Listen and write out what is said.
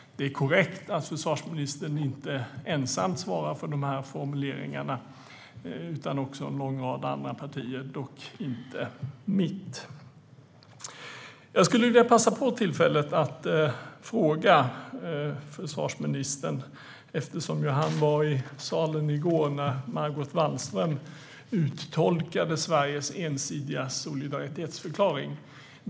Det är korrekt att försvarsministern inte ensam svarar för de här formuleringarna utan det gör också en lång rad andra partier, dock inte mitt. Jag skulle vilja passa på tillfället att ställa en fråga till försvarsministern, eftersom han var i kammaren i går när Margot Wallström uttolkade Sveriges ensidiga solidaritetsförklaring.